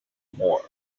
more